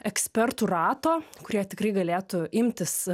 ekspertų rato kurie tikrai galėtų imtis